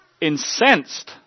incensed